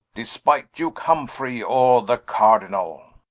despite duke humfrey, or the cardinall.